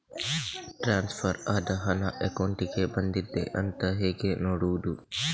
Transfer ಆದ ಹಣ ಅಕೌಂಟಿಗೆ ಬಂದಿದೆ ಅಂತ ಹೇಗೆ ನೋಡುವುದು?